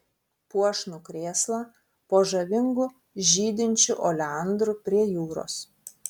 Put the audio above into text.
puošnų krėslą po žavingu žydinčiu oleandru prie jūros